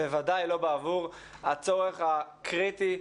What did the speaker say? וודאי לא בעבור הצורך הקריטי,